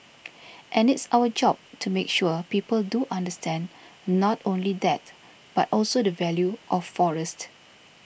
and it's our job to make sure people do understand not only that but also the value of forest